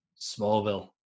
Smallville